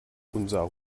unser